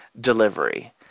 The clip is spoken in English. delivery